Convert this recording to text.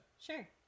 Sure